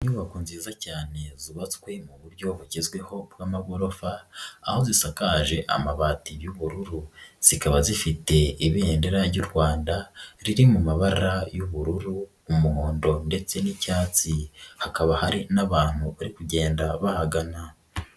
Inyubako nziza cyane zubatswe mu buryo bugezweho bw'amagorofa, aho zisakaje amabati y'ubururu, zikaba zifite ibendera ry'u Rwanda, riri mu mabara y'ubururu, umuhondo ndetse n'icyatsi, hakaba hari n'abantu bari kugenda bahagana.